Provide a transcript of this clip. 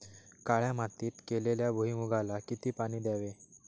काळ्या मातीत केलेल्या भुईमूगाला किती पाणी द्यावे?